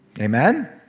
Amen